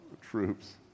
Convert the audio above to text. troops